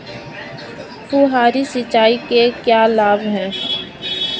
फुहारी सिंचाई के क्या लाभ हैं?